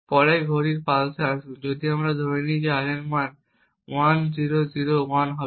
পরের ঘড়ির পালসে আসুন যদি আমরা ধরে নিই যে R এর মান 1001 হবে